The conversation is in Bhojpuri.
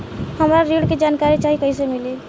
हमरा ऋण के जानकारी चाही कइसे मिली?